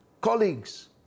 colleagues